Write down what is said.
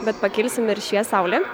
bet pakilsim ir švies saulė